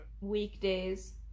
weekdays